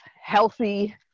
healthy